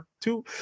two